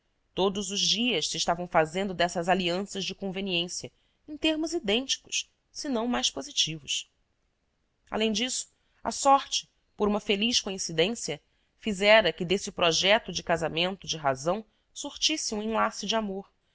todos os dias se estavam fazendo dessas alianças de conveniência em termos idênticos se não mais positivos além disso a sorte por uma feliz coincidência fizera que desse projeto de casamento de razão surtisse um enlace de amor